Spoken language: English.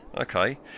Okay